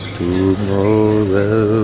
tomorrow